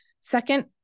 Second